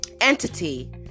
entity